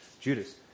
Judas